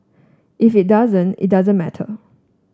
if it doesn't it doesn't matter